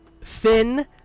Finn